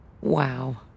Wow